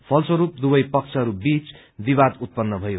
फलस्वरूप दुवै पक्षहरू बीच विवाद उत्पन्न भयो